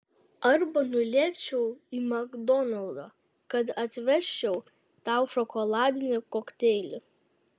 arba nulėkčiau į makdonaldą gal atvežčiau tau šokoladinį kokteilį